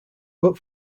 but